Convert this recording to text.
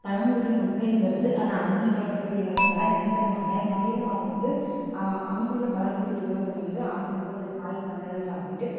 பழங்குடி மக்களுங்கிறது அதான் ஆதி காலத்தில் உள்ளவங்கள்லாம் என்ன பண்ணுவாங்க மலையில் வாழ்ந்து அங்குள்ள பழங்குடியினர்கள் வந்து அங்குள்ள காய் பழங்கள் சாப்பிட்டு